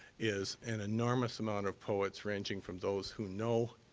is an enormous amount of poets ranging from those who know